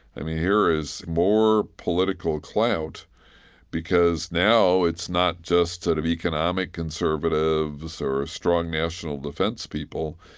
i mean, here is more political clout because now it's not just sort of economic conservatives so or strong national defense people,